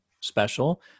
special